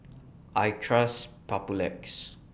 I Trust Papulex